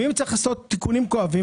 ואם צריך לעשות תיקונים כואבים,